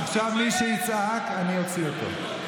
עכשיו מי שיצעק, אני אוציא אותו.